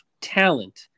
talent